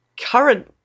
current